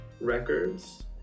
records